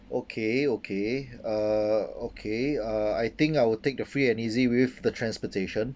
okay okay uh okay uh I think I will take the free and easy with the transportation